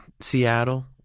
Seattle